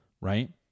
right